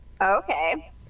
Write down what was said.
okay